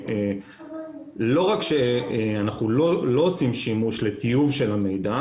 לא רק שאנחנו לא עושים שימוש לטיוב של המידע,